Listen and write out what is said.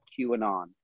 QAnon